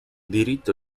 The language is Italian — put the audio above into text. diritto